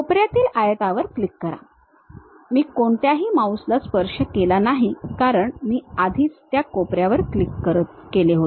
कोपऱ्यातील आयतावर क्लिक करा मी कोणत्याही माउसला स्पर्श केला नाही कारण मी आधीच त्या कोपऱ्यावर क्लिक केले होते